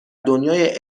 دنیای